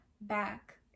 back